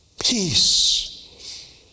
peace